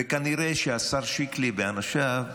וכנראה שהשר שיקלי ואנשיו,